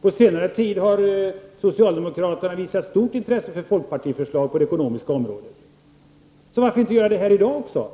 På senare tid har socialdemokraterna visat ett stort intresse för folkpartiförslag på det ekonomiska området. Varför inte visa ett sådant intresse också här i dag?